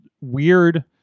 weird